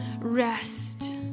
rest